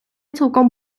цілком